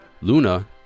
Luna